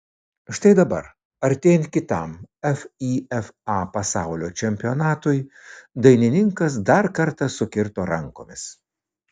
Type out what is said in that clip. štai dabar artėjant kitam fifa pasaulio čempionatui dainininkas dar kartą sukirto rankomis